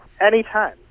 Anytime